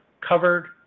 covered